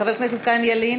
חבר הכנסת חיים ילין?